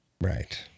Right